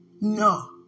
No